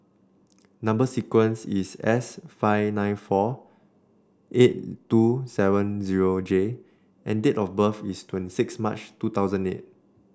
number sequence is S five nine four eight two seven zero J and date of birth is twenty sixth March two thousand eight